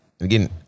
Again